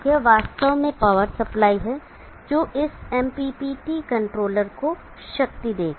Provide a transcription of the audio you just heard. यह वास्तव में पावर सप्लाई है जो इस MPPT कंट्रोलर को पावर देगा